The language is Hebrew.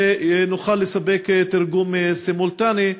ונוכל לספק תרגום סימולטני.